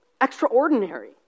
Extraordinary